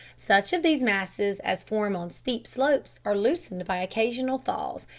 such of these masses as form on steep slopes are loosened by occasional thaws,